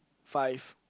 five